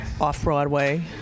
off-Broadway